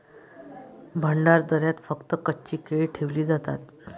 भंडारदऱ्यात फक्त कच्ची केळी ठेवली जातात